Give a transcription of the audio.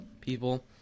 people